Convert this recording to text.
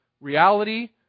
reality